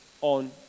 on